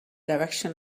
direction